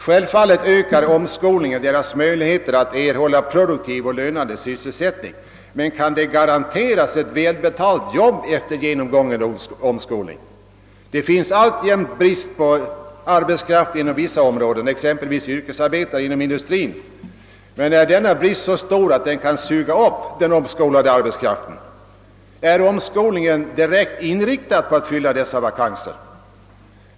Självfallet ökar omskolningen deras möjligheter att erhålla produktiv och lönsam sysselsättning, men kan de garanteras ett välbetalt arbete efter genomgången omskolning? Det finns alltjämt brist på arbetskraft inom vissa områden, exempelvis på yrkesarbetare inom industrin. Men är denna brist så stor att den kan suga upp den omskolade arbetskraften? Är omskolningen direkt inriktad på att fylla dessa vakanser?